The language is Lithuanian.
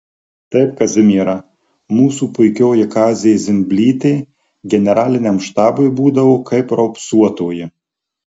taip kazimiera mūsų puikioji kazė zimblytė generaliniam štabui būdavo kaip raupsuotoji